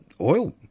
oil